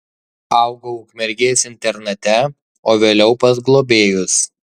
augau ukmergės internate o vėliau pas globėjus